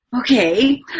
Okay